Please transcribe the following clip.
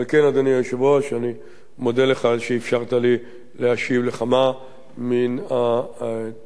אני מודה לך על שאפשרת לי להשיב על כמה מן הטיעונים וההנמקות